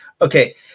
okay